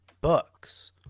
books